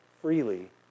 freely